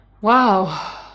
Wow